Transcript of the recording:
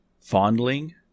Fondling